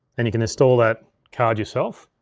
and you can install that card yourself.